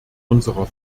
unserer